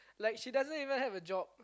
like she doesn't even have a job